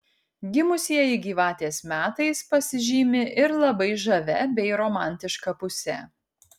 gimusieji gyvatės metais pasižymi ir labai žavia bei romantiška puse